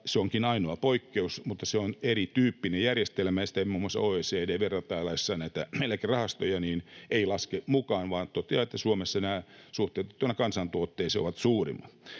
Se onkin ainoa poikkeus, mutta se on erityyppinen järjestelmä, ja sitä muun muassa OECD, vertailtaessa näitä eläkerahastoja, ei laske mukaan vaan toteaa, että Suomessa nämä suhteutettuina kansantuotteeseen ovat suurimmat.